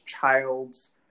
Childs